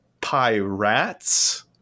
pirates